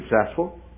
successful